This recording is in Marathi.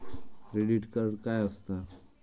क्रेडिट कार्ड काय असता?